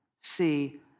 see